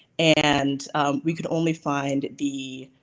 and we could only find the